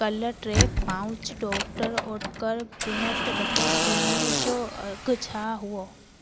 कल्ह टे pouch doctor Oetker peanut butter cream जो अघि छा हुओ